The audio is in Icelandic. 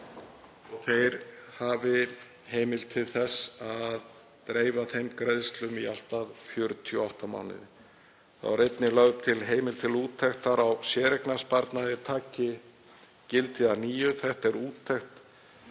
að þeir hafi heimild til þess að dreifa þeim greiðslum í allt að 48 mánuði. Þá er einnig lagt til að heimild til úttektar á séreignarsparnaði taki gildi að nýju. Þetta er úttekt